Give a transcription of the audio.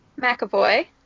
McAvoy